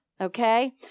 Okay